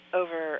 over